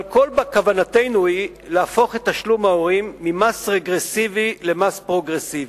אבל כל כוונתנו היא להפוך את תשלום ההורים ממס רגרסיבי למס פרוגרסיבי.